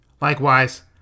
Likewise